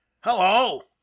Hello